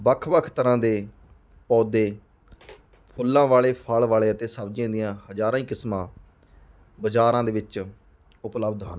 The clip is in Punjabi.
ਵੱਖ ਵੱਖ ਤਰ੍ਹਾਂ ਦੇ ਪੌਦੇ ਫ਼ੁੱਲਾਂ ਵਾਲੇ ਫਲ ਵਾਲੇ ਅਤੇ ਸਬਜ਼ੀਆਂ ਦੀਆਂ ਹਜ਼ਾਰਾਂ ਹੀ ਕਿਸਮਾਂ ਬਜ਼ਾਰਾਂ ਦੇ ਵਿੱਚ ਉਪਲਬਧ ਹਨ